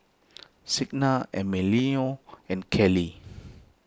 Signa Emilio and Kelli